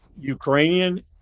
Ukrainian